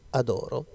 adoro